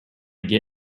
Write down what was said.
get